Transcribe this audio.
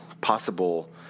possible